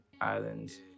islands